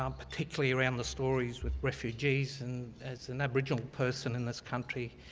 um particularly around the stories with refugees and as an aboriginal person in this country,